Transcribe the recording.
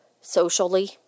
socially